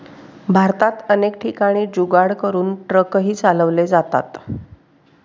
भारतात अनेक ठिकाणी जुगाड करून ट्रकही चालवले जातात